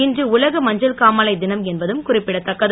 இன்று உலக மஞ்சள் காமாலை தினம் என்பதும் குறிப்பிடத்தக்கது